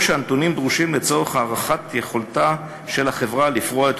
או שהנתונים דרושים לצורך הערכת יכולתה של החברה לפרוע את